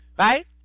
Right